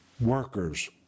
workers